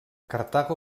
cartago